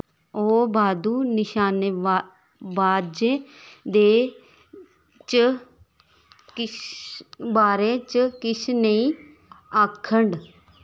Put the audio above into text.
ओह् बाद्धू निशानेबा बाजें दे च बारे च किश नेईं आखङन